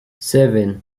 seven